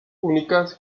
únicas